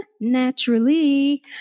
naturally